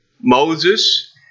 Moses